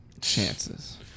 chances